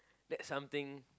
that something